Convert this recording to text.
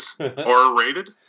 R-rated